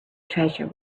treasure